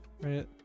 Right